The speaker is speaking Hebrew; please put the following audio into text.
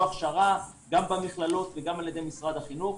הכשרה גם במכללות וגם על ידי משרד החינוך.